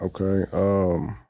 okay